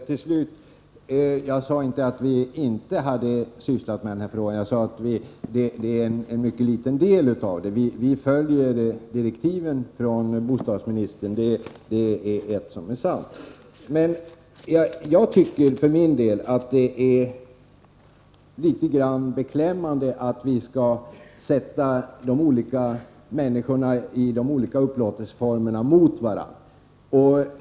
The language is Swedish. Herr talman! Jag sade inte att vi inte hade sysslat med denna fråga, utan jag sade att den utgjort en mycket liten del av vårt arbete. Vi följer direktiven från bostadsministern — det är ett som är sant. Jag tycker för min del att det är litet beklämmande att vi skall sätta de som bor i olika upplåtelseformer mot varandra.